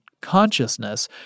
consciousness